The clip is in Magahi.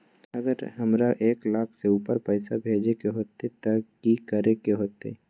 अगर हमरा एक लाख से ऊपर पैसा भेजे के होतई त की करेके होतय?